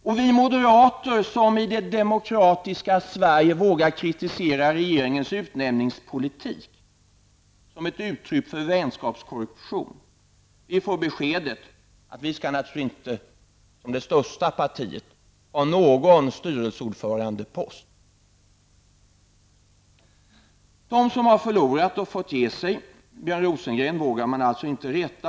Och vi moderater som i det demokratiska Sverige vågar kritisera regeringens utnämningspolitik som varande ett uttryck för vänskapskorruption får beskedet att moderata samlingspartiet naturligtvis inte, som det största partiet, skall ha någon styrelseordförandepost. Björn Rosengren vågar man alltå inte reta.